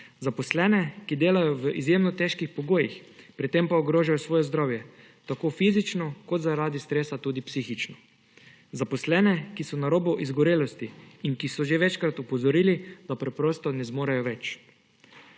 Zaposlene, ki delajo v izjemno težkih pogojih, pri tem pa ogrožajo svoje zdravje tako fizično kot zaradi stresa tudi psihično. Zaposlene, ki so na robu izgorelosti in ki so že večkrat opozorili, da preprosto ne zmorejo več.